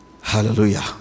Hallelujah